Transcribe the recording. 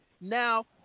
Now